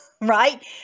right